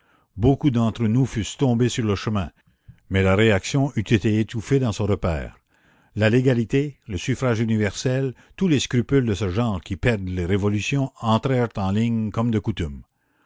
beaucoup d'entre nous fussent tombés sur le chemin mais la réaction eût été étouffée dans son repaire la légalité le suffrage universel tous les scrupules de ce genre qui perdent les révolutions entrèrent en ligne comme de coutume